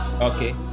Okay